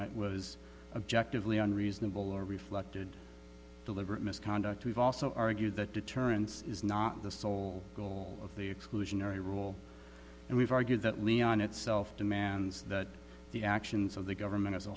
it was objective leon reasonable or reflected deliberate misconduct we've also argued that deterrence is not the sole goal of the exclusionary rule and we've argued that leon itself demands that the actions of the government as a